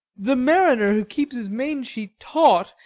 the mariner who keeps his mainsheet taut,